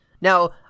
Now